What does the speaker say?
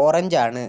orange ആണ്